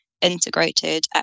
integrated